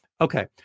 Okay